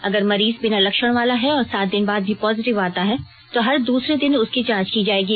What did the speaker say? अगर मरीज बिना लक्षण वाला है और सात दिन बाद भी पॉजीटिव आता है तो हर दूसरे दिन उसकी जांच की जायेगी